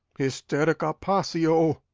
hysterica passio!